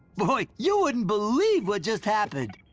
boy, you wouldn't believe what just happened.